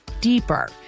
deeper